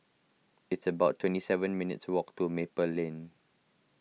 it's about twenty seven minutes' walk to Maple Lane